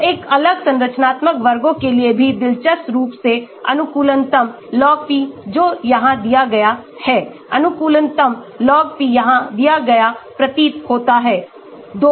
तो एक अलग संरचनात्मक वर्गों के लिए भी दिलचस्प रूप से अनुकूलतम log p जो यहां दिया गया है अनुकूलतम log p यहां दिया गया प्रतीत होता है 23